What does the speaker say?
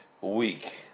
week